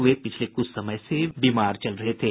वे पिछले कुछ समय से बीमार चल रहे थे